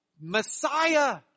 Messiah